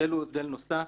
ההבדל הוא הבדל נוסף,